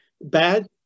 bad